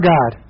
God